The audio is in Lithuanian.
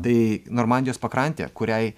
tai normandijos pakrantė kuriai